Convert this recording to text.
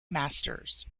masters